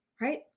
right